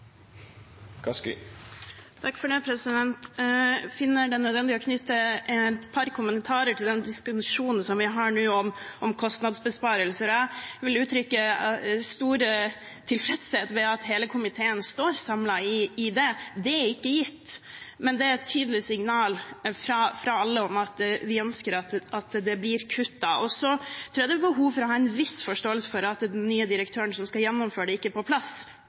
finner det nødvendig å knytte et par kommentarer til den diskusjonen vi har nå om kostnadsbesparelser. Jeg vil uttrykke stor tilfredshet med at hele komiteen står samlet i dette. Det er ikke gitt, men det er et tydelig signal fra alle om at vi ønsker at det blir kuttet. Jeg tror også det er behov for å ha forståelse for at den nye direktøren, som skal gjennomføre det, ikke er på plass